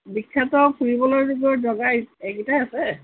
বিখ্যাত ফুৰিবলৈ যুগৰ জেগা এইকিটাযেই আছে